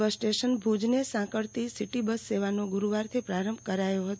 બસ station ભુજને સાંક ળતી સીટી બસ સેવાનો ગુરૂવારથી પ્રારંભ કરાયો હતો